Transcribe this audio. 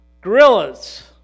gorillas